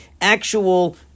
actual